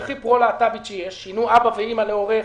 שהיא הכי פרו-להט"בית שיש שינו "אבא ואימא" ל"הורה 1,